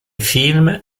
film